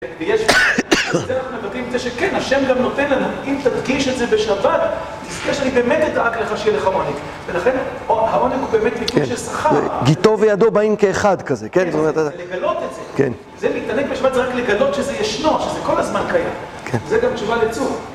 זה אנחנו מבטאים בזה שכן, השם גם נותן לנו, אם תדגיש את זה בשבת, תזכה שאני באמת אדאג לך שיהיה לך העונג, ולכן העונג הוא באמת מקבל של שכר. גיטו וידו באים כאחד כזה, כן? זה לגלות את זה, זה מתענג בשבת זה רק לגלות שזה ישנו, שזה כל הזמן קיים, וזה גם תשובה לצוף.